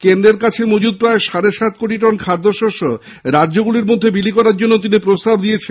কেন্দ্রের কাছে মজুত প্রায় সাড়ে সাত কোটি টন খাদ্য শস্য রাজ্যগুলির মধ্যে বিলি করার জন্য তিনি প্রস্তাব দেন